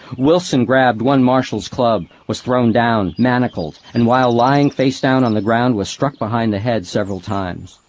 wilson grabbed one marshal's club, was thrown down, manacled, and while lying face down on the ground was struck behind the head several times.